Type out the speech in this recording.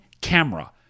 camera